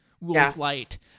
rules-light